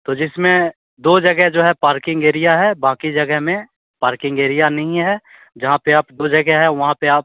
तो जिसमें दो जगह जो है पार्किंग एरिया है बाकि जगह में पार्किंग एरिया नहीं है जहाँ पर आपको जगह है वहाँ पर आप